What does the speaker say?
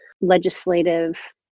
legislative